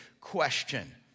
question